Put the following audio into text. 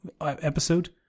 episode